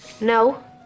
No